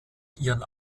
ihren